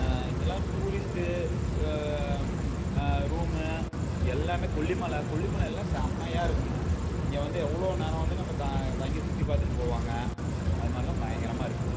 இங்கெல்லாம் tourist room எல்லாமே கொல்லி மலை கொல்லி மலைல்லாம் செமையாக இருக்குங்க இங்கே வந்து எவ்வளோ நேரம் வந்து நம்ம த தங்கி சுற்றிப் பார்த்துட்டுப் போவாங்க அது மாதிரிலாம் பயங்கரமாக இருக்கு